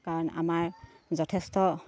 কাৰণ আমাৰ যথেষ্ট